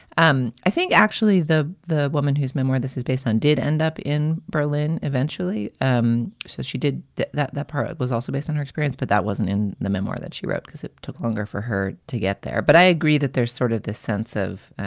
um i think actually the the woman whose memoir this is based on did end up in berlin eventually. um so she did did that. that part was also based on her experience. but that wasn't in the memoir that she wrote because it took longer for her to get there. but i agree that there's sort of this sense of.